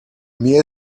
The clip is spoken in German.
mir